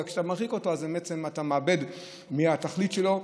וכשאתה מרחיק אותו אז באמת אתה מאבד מהתכלית שלו.